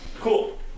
Cool